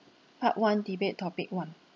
part one debate topic one